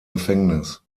gefängnis